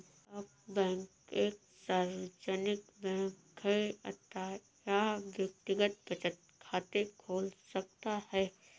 डाक बैंक एक सार्वजनिक बैंक है अतः यह व्यक्तिगत बचत खाते खोल सकता है